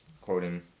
quoting